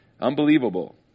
Unbelievable